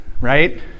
right